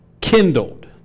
kindled